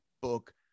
book